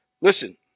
Listen